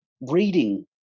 reading